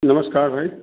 नमस्कार भाई